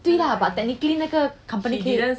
对 but technically 那个 company